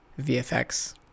VFX